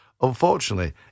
Unfortunately